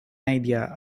idea